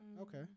Okay